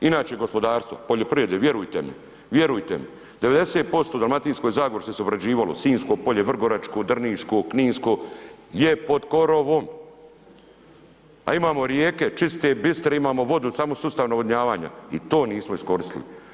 Inače gospodarstvo, poljoprivrede, vjerujte mi, vjerujte mi 90% u Dalmatinskoj zagori što se obrađivalo Sinjsko polje, Vrgoračko, Drniško, Kninsko je pod korovom, a imao rijeke čiste, bistre imao vodu samo sustav navodnjavanja i to nismo iskoristili.